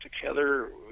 Together